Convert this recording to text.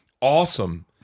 awesome